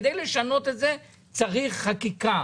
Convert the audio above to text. כדי לשנות את זה צריך חקיקה.